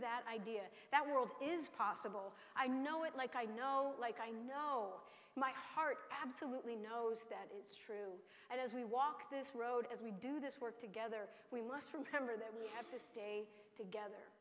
that idea that world is possible i know it like i know like i know my heart absolutely knows that you do and as we walk this road as we do this work together we must remember that we have to stay together